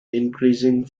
increasing